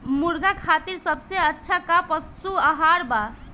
मुर्गा खातिर सबसे अच्छा का पशु आहार बा?